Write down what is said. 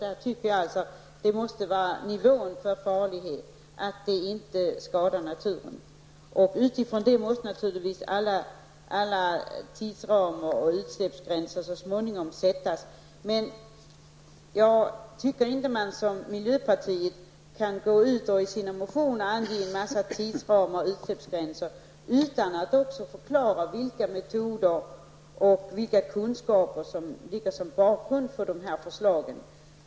Jag tycker alltså att nivån för utsläppen måste vara sådan att den inte skadar naturen. Utifrån detta måste naturligtvis alla tidsramar och utsläppsgränser så småningom sättas. Men jag tycker inte att man, som miljöpartiet gör, kan gå ut och ange en massa tidsramar och utsläppsgränser i sina motioner utan att också förklara vilka metoder och kunskaper som utgör bakgrunden till förslagen.